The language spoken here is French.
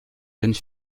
jeunes